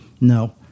no